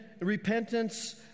repentance